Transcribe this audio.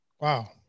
wow